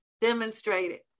demonstrated